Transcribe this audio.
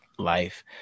life